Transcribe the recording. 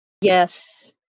Yes